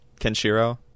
Kenshiro